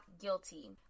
guilty